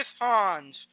Han's